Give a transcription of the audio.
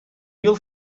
yıl